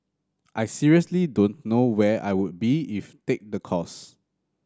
I seriously don't know where I would be if take the course